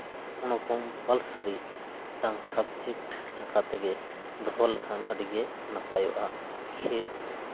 ᱚᱱᱟ ᱠᱚᱢᱯᱟᱞᱥᱟᱨᱤ ᱢᱤᱫᱴᱟᱱᱝ ᱥᱟᱵᱡᱮᱠᱴ ᱞᱮᱠᱟ ᱛᱮᱜᱮ ᱫᱚᱦᱚ ᱞᱮᱠᱷᱟᱱ ᱟᱹᱰᱤᱜᱮ ᱱᱟᱯᱟᱭᱚᱜᱼᱟ ᱠᱷᱮᱞ